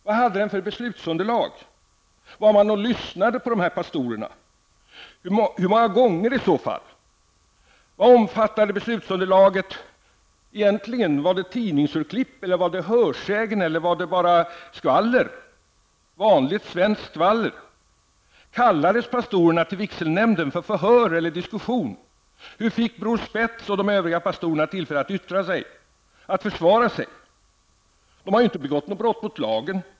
Vad hade den för beslutsunderlag? Var man och lyssnade på dessa pastorer? Hur många gånger i så fall? Vad omfattade beslutsunderlaget egentligen, var det tidningsurklipp, hörsägen eller bara vanligt svenskt skvaller? Kallades pastorerna till vigselnämnden för förhör eller diskussion? Hur fick Bror Spetz och de övriga pastorerna tillfälle att yttra sig, att försvara sig? De har inte begått något brott mot lagen.